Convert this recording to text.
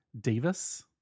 Davis